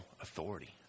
authority